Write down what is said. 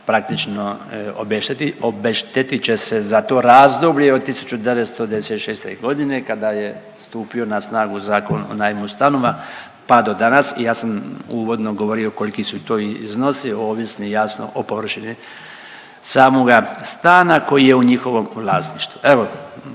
praktično obešteti… obeštetit će se za to razdoblje od 1996. godine kada je stupio na snagu Zakon o najmu stanova, pa do danas i ja sam uvodno govorio koliki su to iznosi ovisni jasno o površini samoga stana koji je u njihovom vlasništvu.